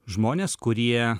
žmones kurie